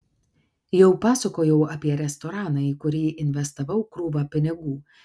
jau pasakojau apie restoraną į kurį investavau krūvą pinigų